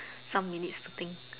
some minutes to think